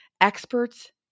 experts